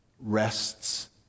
rests